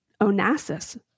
onassis